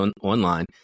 online